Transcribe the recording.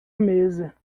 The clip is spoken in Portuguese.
mesa